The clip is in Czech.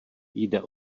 jde